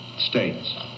States